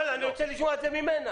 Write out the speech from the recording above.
אבל אני רוצה לשמוע את זה ממנה.